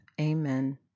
Amen